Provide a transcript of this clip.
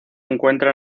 encuentra